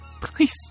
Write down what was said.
please